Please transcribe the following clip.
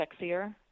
sexier